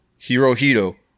Hirohito